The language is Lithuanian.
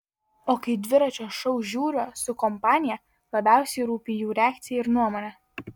o kai dviračio šou žiūriu su kompanija labiausiai rūpi jų reakcija ir nuomonė